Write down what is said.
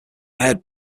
ahead